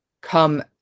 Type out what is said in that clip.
come